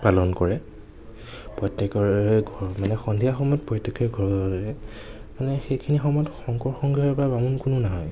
পালন কৰে প্ৰত্য়েকৰে ঘৰতে মানে সন্ধিয়া সময়ত প্ৰত্যেকে মানে সেইখিনি সময়ত শংকৰ সংঘৰীয়া বা বামুণ কোনো নহয়